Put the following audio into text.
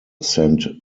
sent